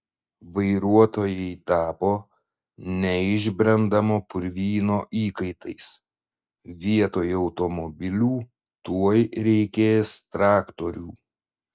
vairuotojai tapo neišbrendamo purvyno įkaitais vietoj automobilių tuoj reikės traktorių